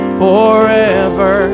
forever